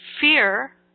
fear